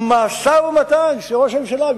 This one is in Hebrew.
המשא-ומתן שראש הממשלה,